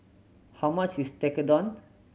how much is Tekkadon